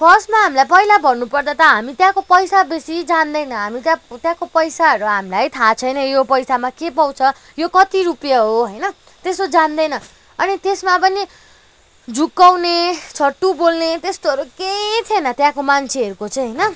फर्स्टमा अब हामीले पहिला भन्नुपर्दा त हामी त्यहाँको पैसा बेसी जान्दैनौँ हामी त हामी त त्यहाँको पैसाहरू हामीलाई थाहा यो छैन यो पैसामा के पाउँछ यो कति रुपियाँ हो होइन त्यस्तो जान्दैनौँ अनि त्यसमा पनि झुक्याउने छट्टु बोल्ने त्यस्तोहरू केही थिएन त्यहाँको मान्छेहरूको चाहिँ होइन